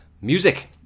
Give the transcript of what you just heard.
Music